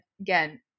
Again